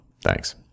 Thanks